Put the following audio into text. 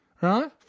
Right